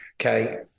Okay